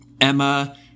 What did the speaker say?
Emma